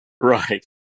Right